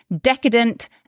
decadent